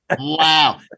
Wow